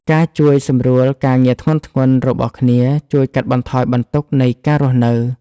ការជួយសម្រួលការងារធ្ងន់ៗរបស់គ្នាជួយកាត់បន្ថយបន្ទុកនៃការរស់នៅ។